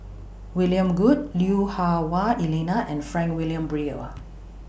William Goode Lui Hah Wah Elena and Frank Wilmin Brewer